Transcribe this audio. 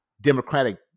Democratic